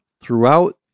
throughout